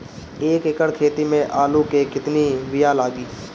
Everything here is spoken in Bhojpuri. एक एकड़ खेती में आलू के कितनी विया लागी?